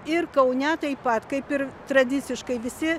ir kaune taip pat kaip ir tradiciškai visi